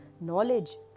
knowledge